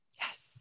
Yes